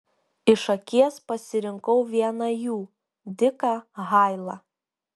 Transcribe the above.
iš akies pasirinkau vieną jų diką hailą